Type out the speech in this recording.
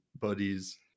buddies